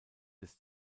des